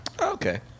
Okay